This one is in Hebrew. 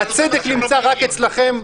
והצדק נמצא רק אצלכם?